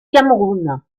cameroun